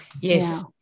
Yes